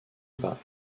par